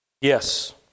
Yes